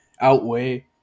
outweigh